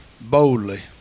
boldly